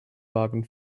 wagen